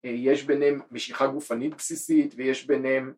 יש ביניהם משיכה גופנית בסיסית, ויש ביניהם...